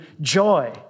joy